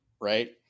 right